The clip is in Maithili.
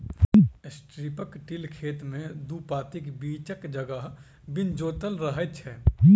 स्ट्रिप टिल खेती मे दू पाँतीक बीचक जगह बिन जोतल रहैत छै